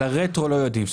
על הרטרו לא יודעים.